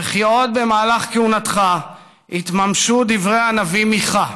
וכי עוד במהלך כהונתך יתממשו דברי הנביא מיכה,